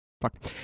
fuck